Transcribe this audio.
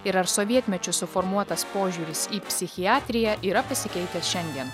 ir ar sovietmečiu suformuotas požiūris į psichiatriją yra pasikeitęs šiandien